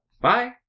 Bye